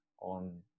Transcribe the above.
on